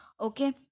Okay